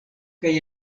kaj